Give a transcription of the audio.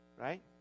right